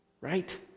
Right